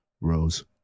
Rose